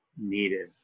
needed